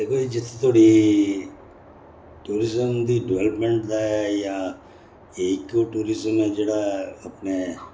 दिक्खो जी जित्थै धोड़ी टूरिजम दी डिपैल्पमैंट दा ऐ जां एह् इक टूरिजम ऐ जेह्ड़ा अपने